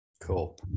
Cool